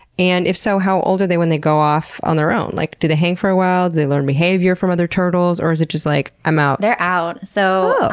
and if so, how old are they when they go off on their own? like do they hang for a while, do they learn behavior from other turtles or is it just like, i'm out? they're out. so oooh!